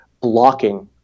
blocking